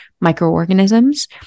microorganisms